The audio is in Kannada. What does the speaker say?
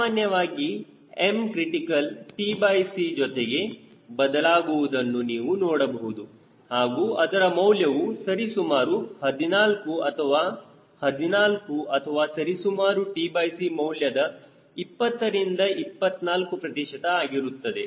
ಸಾಮಾನ್ಯವಾಗಿ Mcr tc ಜೊತೆಗೆ ಬದಲಾಗುವುದನ್ನು ನೀವು ನೋಡಬಹುದು ಹಾಗೂ ಅದರ ಮೌಲ್ಯವು ಸರಿ ಸುಮಾರು 14 ಅಥವಾ 14 ಅಥವಾ ಸರಿ ಸುಮಾರು tc ಮೌಲ್ಯದ 20 ರಿಂದ 24 ಪ್ರತಿಶತ ಆಗಿರುತ್ತದೆ